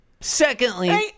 Secondly